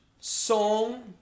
song